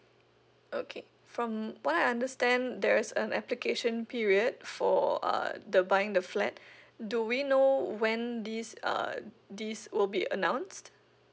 okay from what I understand there's an application period for uh the buying the flat do we know when this err this will be announced